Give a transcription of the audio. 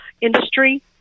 industry